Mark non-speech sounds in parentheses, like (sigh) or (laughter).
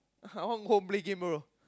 (laughs) I want go home play game bro